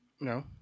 No